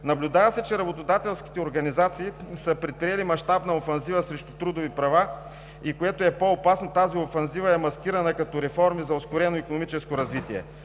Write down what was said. Наблюдава се, че работодателските организации са предприели мащабна офанзива срещу трудови права и което е по-опасно – тази офанзива е маскирана като реформи за ускорено икономическо развитие.